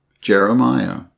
Jeremiah